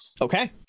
Okay